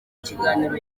kiganiro